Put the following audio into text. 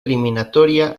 eliminatoria